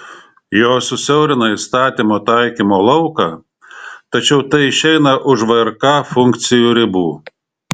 jos susiaurina įstatymo taikymo lauką tačiau tai išeina už vrk funkcijų ribų